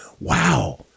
wow